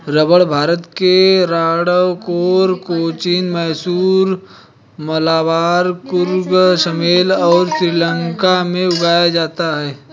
रबड़ भारत के त्रावणकोर, कोचीन, मैसूर, मलाबार, कुर्ग, सलेम और श्रीलंका में उगाया जाता है